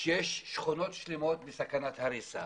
שם שכונות שלמות בסכנת הריסה